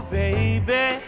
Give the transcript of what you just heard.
baby